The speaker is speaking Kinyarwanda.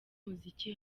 umuziki